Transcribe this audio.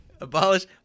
Abolish